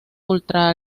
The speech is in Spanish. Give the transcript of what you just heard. ultra